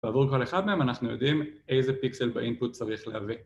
ועבור כל אחד מהם, אנחנו יודעים, איזה פיקסל באינפוט צריך להביא.